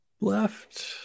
left